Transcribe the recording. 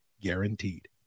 guaranteed